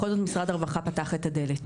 בכל זאת משרד הרווחה פתח את הדלת.